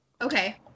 Okay